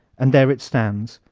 and there it stands,